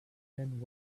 end